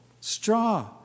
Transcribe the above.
straw